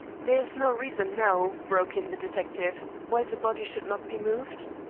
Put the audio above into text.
there is no reason now, broke in the detective, why the body should not be moved?